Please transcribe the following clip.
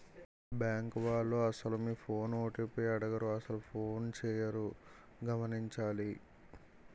bank వాళ్లు అసలు మీ ఫోన్ ఓ.టి.పి అడగరు అసలు ఫోనే చేయరు గమనించాలి